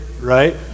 right